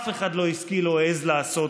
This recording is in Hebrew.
אף אחד, לא השכיל או העז לעשות.